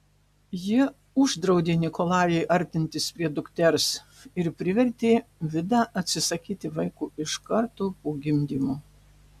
jie uždraudė nikolajui artintis prie dukters ir privertė vidą atsisakyti vaiko iš karto po gimdymo